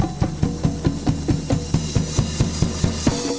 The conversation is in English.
see